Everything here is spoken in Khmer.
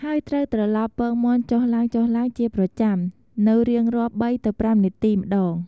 ហើយត្រូវត្រឡប់ពងមាន់ចុះឡើងៗជាប្រចាំ នូវរៀងរាល់ ៣ទៅ៥ នាទីម្តង។